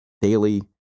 daily